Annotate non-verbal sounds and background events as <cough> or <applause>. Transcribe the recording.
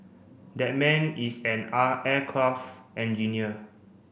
that man is an <unintelligible> aircraft engineer